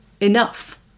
enough